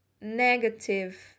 negative